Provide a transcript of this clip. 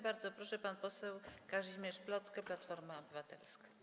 Bardzo proszę, pan poseł Kazimierz Plocke, Platforma Obywatelska.